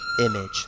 image